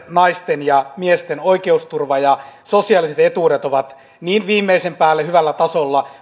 naisten ja miesten oikeusturva ja sosiaaliset etuudet ovat niin viimeisen päälle hyvällä tasolla